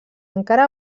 encara